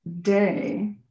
day